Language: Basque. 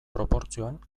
proportzioan